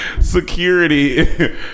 security